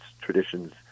traditions